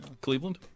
Cleveland